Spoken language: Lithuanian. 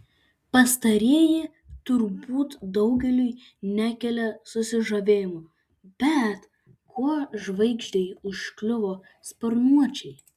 pastarieji turbūt daugeliui nekelia susižavėjimo bet kuo žvaigždei užkliuvo sparnuočiai